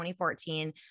2014